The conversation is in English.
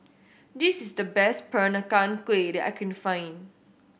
this is the best Peranakan Kueh that I can find